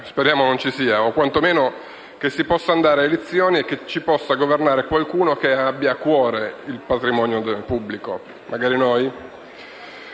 Speriamo non ci sia, o quantomeno che si possa andare ad elezioni e che possa governare qualcuno che abbia a cuore il patrimonio pubblico. Magari noi?